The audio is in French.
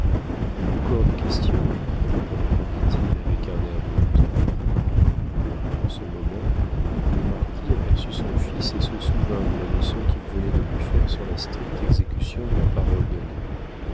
encore des questions répondit-il avec un air de hauteur en ce moment le marquis aperçut son fils et se souvint de la leçon qu'il venait de lui faire sur la stricte exécution de la parole donnée